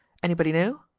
anybody know?